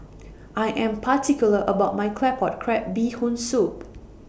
I Am particular about My Claypot Crab Bee Hoon Soup